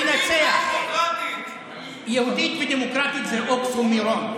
תתמודדו עם הטיעון, רק הטיעון הזה, של שוויון.